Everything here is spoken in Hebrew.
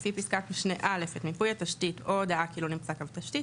לפי פסקת משנה (א) את מיפוי התשתית או הודעה כי לא נמצא קו תשתית,